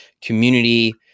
community